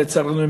לצערנו,